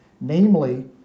namely